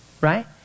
right